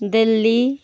Delhi